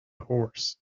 horse